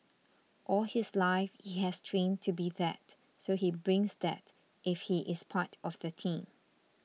all his life he has trained to be that so he brings that if he is part of the team